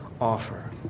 offer